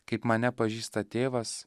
kaip mane pažįsta tėvas